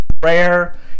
prayer